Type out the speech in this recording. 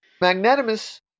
Magnanimous